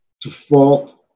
default